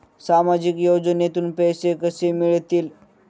सामाजिक योजनेतून पैसे कसे मिळतील?